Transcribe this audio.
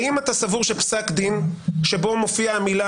האם אתה סבור שפסק דין שבו מופיעה המילה